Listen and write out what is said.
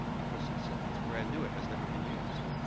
because it's ah it's brand-new, it has never been used.